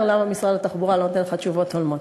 למה משרד התחבורה לא נותן לך תשובות הולמות.